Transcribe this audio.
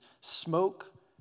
smoke